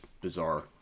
bizarre